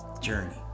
journey